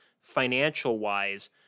financial-wise